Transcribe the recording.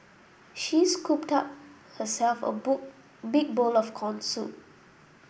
she scooped up herself a big bowl of corn soup